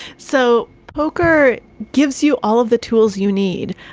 so poker gives you all of the tools you need,